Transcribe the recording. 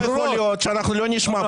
לא יכול להיות שאנחנו לא נשמע פה